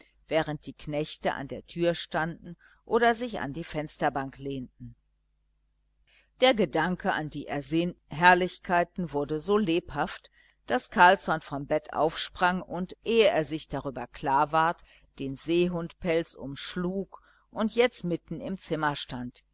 während die knechte an der tür standen oder sich an die fensterbank lehnten der gedanke an die ersehnten herrlichkeiten wurde so lebhaft daß carlsson vom bett aufsprang und ehe er sich darüber klar ward den seehundpelz umschlug und jetzt mitten im zimmer stand